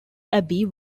abbey